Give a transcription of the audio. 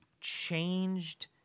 changed